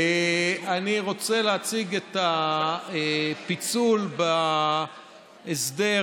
אני רוצה להציג את הפיצול בהסדר